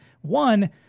one –